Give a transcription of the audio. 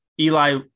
Eli